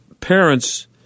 parents